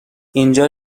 اینجا